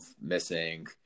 missing